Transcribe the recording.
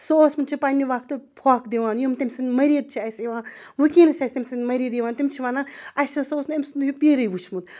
سُہ اوسمُت چھُ پنٛنہِ وقتہٕ پھۄکھ دِوان یِم تٔمۍ سٕنٛدۍ مٔریٖد چھِ اَسہِ اِوان ونۍکٮ۪نَس چھِ اَسہِ تٔمۍ سٕنٛدۍ مٔریٖد یِوان تِم چھِ وَنان اَسہِ ہَسا اوس نہٕ أمۍ سُنٛد ہیوٗ پیٖرٕے وٕچھمُت